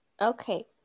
Okay